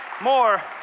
more